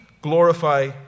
glorify